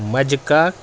مَجہٕ کاک